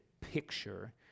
picture